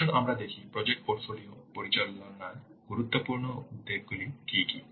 আসুন আমরা দেখি প্রজেক্ট পোর্টফোলিও পরিচালনার গুরুত্বপূর্ণ উদ্বেগগুলি কী কী